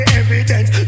evidence